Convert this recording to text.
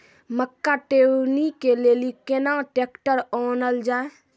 मक्का टेबनी के लेली केना ट्रैक्टर ओनल जाय?